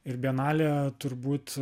ir bienalė turbūt